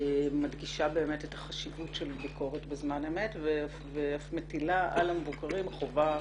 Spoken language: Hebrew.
מדגישה באמת את החשיבות של ביקורת בזמן אמת ואף מטילה על המבוקרים חובה